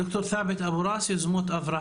דוקטור ת'אבת אבו ראס,